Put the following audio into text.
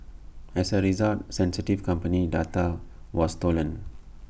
as A result sensitive company data was stolen